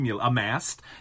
amassed